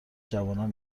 جوانان